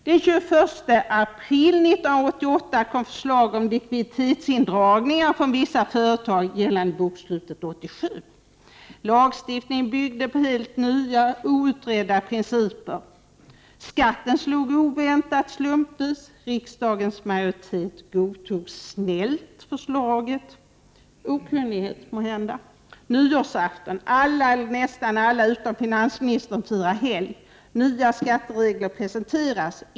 Den 21 april 1988 kom förslag om likviditetsindragningar från vissa företag gällande bokslutet 1987. Lagstiftningen byggde på helt nya, outredda principer. Skatten slog oväntat och slumpvis. Riksdagens majoritet godtog snällt förslaget. Av okunnighet måhända. Nyårsafton. Alla — eller nästan alla — utom finansministern firar helg. Nya skatteregler presenteras.